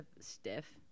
Stiff